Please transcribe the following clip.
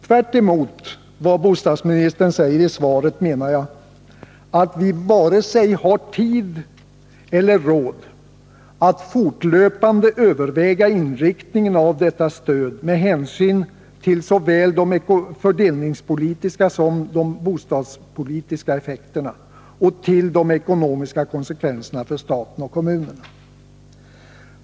Tvärtemot vad bostadsministern säger i svaret menar jag att vi inte har vare sig tid eller råd att fortlöpande överväga inriktningen av detta stöd med hänsyn till såväl de fördelningspolitiska som de bostadspolitiska effekterna och till de ekonomiska konsekvenserna för staten och kommunerna.